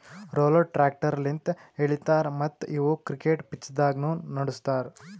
roller tractor ಲಿಂತ್ ಎಳಿತಾರ ಮತ್ತ್ ಇವು ಕ್ರಿಕೆಟ್ ಪಿಚ್ದಾಗ್ನು ನಡುಸ್ತಾರ್